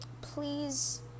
Please